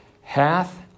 hath